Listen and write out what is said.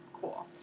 Cool